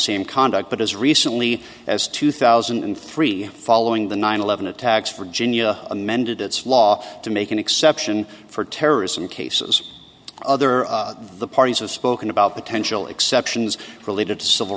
same conduct but as recently as two thousand and three following the nine eleven attacks virginia amended its law to make an exception for terrorism cases other parties have spoken about potential exceptions related to civil